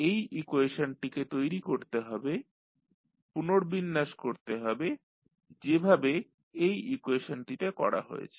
এই ইকুয়েশনটিকে তৈরী করতে হবে পুনর্বিন্যাস করতে হবে যেভাবে এই ইকুয়েশনটিতে করা হয়েছে